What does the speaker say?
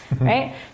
right